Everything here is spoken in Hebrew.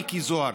מיקי זוהר,